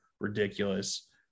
ridiculous